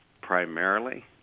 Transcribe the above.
primarily